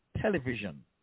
television